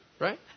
Right